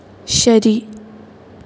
ശരി